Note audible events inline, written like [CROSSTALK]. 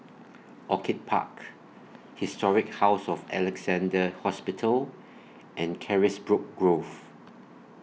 [NOISE] Orchid Park Historic House of Alexandra Hospital and Carisbrooke Grove